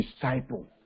disciple